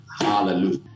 Hallelujah